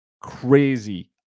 Crazy